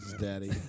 Daddy